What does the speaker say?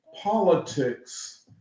politics